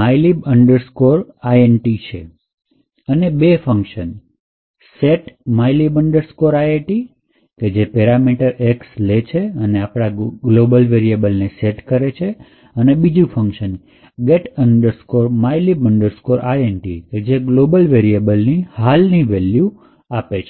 mylib int છે અને બે ફંકશન set mylib int કે જે પેરામીટર x લે છે અને આપણા ગ્લોબલ વેરિયેબલ ને સેટ કરે છે અને બીજું ફંકશન get mylib int કે જે ગ્લોબલ વેરિયેબલની હાલી વેલ્યુ આપે છે